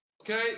Okay